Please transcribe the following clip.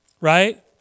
Right